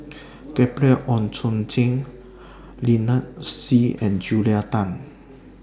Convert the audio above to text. Gabriel Oon Chong Jin Lynnette Seah and Julia Tan